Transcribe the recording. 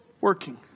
working